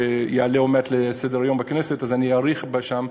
שיעלה עוד מעט לסדר-היום בכנסת, אז אני אאריך שם.